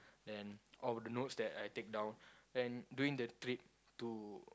then all of the notes that I take down then during the trip to